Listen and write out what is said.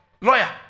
lawyer